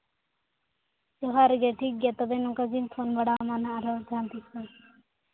ᱡᱚᱦᱟᱨ ᱜᱮ ᱴᱷᱤᱠ ᱜᱮᱭᱟ ᱛᱚᱵᱮ ᱱᱚᱝᱠᱟ ᱜᱮᱧ ᱯᱷᱳᱱ ᱵᱟᱲᱟ ᱟᱢᱟ ᱱᱟᱦᱟᱜ ᱟᱨᱦᱚᱸ ᱡᱟᱦᱟᱸ ᱛᱤᱥᱚᱜ